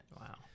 Wow